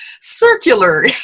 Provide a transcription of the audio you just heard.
circular